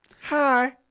hi